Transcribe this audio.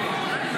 אלעזר שטרן,